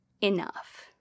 enough